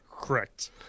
Correct